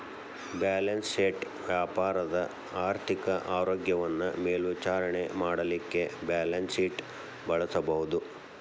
balance sheet ವ್ಯಾಪಾರದ ಆರ್ಥಿಕ ಆರೋಗ್ಯವನ್ನ ಮೇಲ್ವಿಚಾರಣೆ ಮಾಡಲಿಕ್ಕೆ ಬ್ಯಾಲನ್ಸ್ಶೇಟ್ ಬಳಸಬಹುದು